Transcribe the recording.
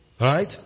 Right